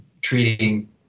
treating